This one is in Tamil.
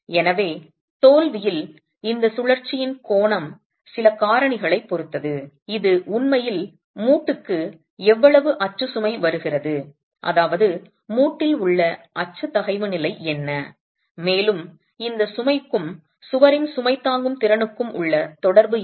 எனவே தோல்வியில் இந்த சுழற்சியின் கோணம் சில காரணிகளைப் பொறுத்தது இது உண்மையில் மூட்டுக்கு எவ்வளவு அச்சு சுமை வருகிறது அதாவது மூட்டில் உள்ள அச்சு தகைவு நிலை என்ன மேலும் இந்த சுமைக்கும் சுவரின் சுமை தாங்கும் திறனுக்கும் உள்ள தொடர்பு என்ன